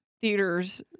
theaters